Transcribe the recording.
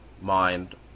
mind